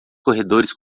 corredores